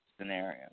scenario